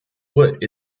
wood